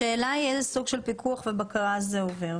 השאלה היא, איזה סוג של פיקוח ובקרה זה עובר?